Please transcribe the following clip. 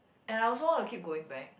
and I also want to keep going back